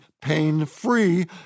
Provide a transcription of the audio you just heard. pain-free